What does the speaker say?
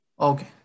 Okay